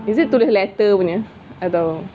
is it tulis letter punya atau